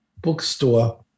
bookstore